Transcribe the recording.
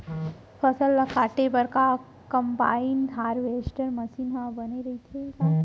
फसल ल काटे बर का कंबाइन हारवेस्टर मशीन ह बने रइथे का?